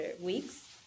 weeks